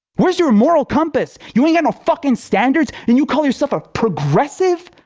where's your moral compass? you ain't got no fucking standards? and you call yourself a progressive?